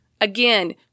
Again